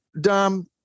Dom